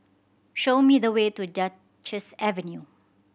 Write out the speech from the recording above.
show me the way to Duchess Avenue